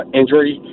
injury